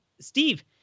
Steve